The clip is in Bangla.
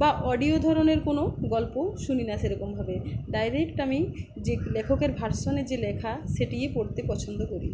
বা অডিও ধরনের কোনো গল্পও শুনি না সেরকমভাবে ডাইরেক্ট আমি যে লেখকের ভার্সনে যে লেখা সেটি পড়তে পছন্দ করি